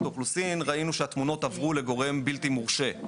האוכלוסין ראינו שהתמונות עברו לגורם בלתי מורשה.